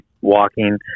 walking